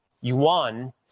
yuan